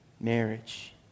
marriage